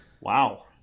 wow